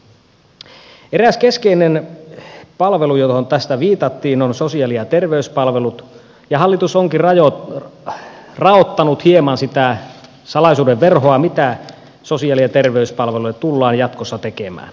eräs keskeinen palvelu johon tässä viitattiin on sosiaali ja terveyspalvelut ja hallitus onkin raottanut hieman sitä salaisuuden verhoa mitä sosiaali ja terveyspalveluille tullaan jatkossa tekemään